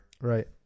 right